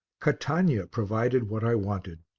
catania provided what i wanted.